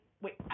wait